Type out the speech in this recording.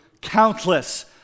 countless